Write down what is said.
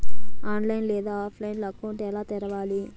online లేదా ఆఫ్లైన్లో account ఎలా తెరవాలి